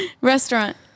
Restaurant